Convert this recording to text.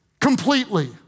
completely